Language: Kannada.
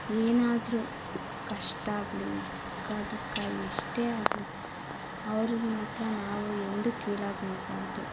ಏನಾದರೂ ಕಷ್ಟ ಆಗಲಿ ಸುಖ ದುಃಖ ಎಷ್ಟೇ ಆಗಲಿ ಅವ್ರ್ಗೆ ಮಾತ್ರ ನಾವು ಎಂದು ಕೀಳಾಗಿ ನೋಡಬಾರ್ದು